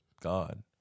God